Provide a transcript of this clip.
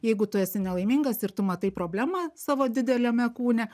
jeigu tu esi nelaimingas ir tu matai problemą savo dideliame kūne